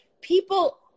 people